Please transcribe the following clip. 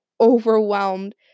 overwhelmed